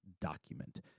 document